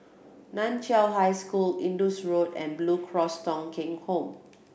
Nan Chiau High School Indus Road and Blue Cross Thong Kheng Home